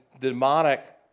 demonic